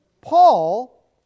Paul